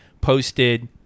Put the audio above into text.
posted